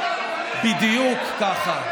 בדיוק ככה.